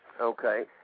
Okay